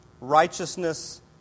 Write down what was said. righteousness